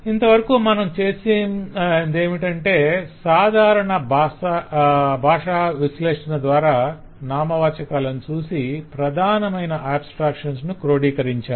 ఇంతవరకు మనమేంచేసామంటే సాధారణ భాషా విశ్లేషణ ద్వారా నామవాచాకలను చూసి ప్రధానమైన ఆబ్స్త్రాక్షన్సును క్రోడీకరించాం